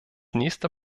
nächster